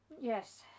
yes